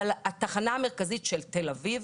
התחנה המרכזית של תל אביב: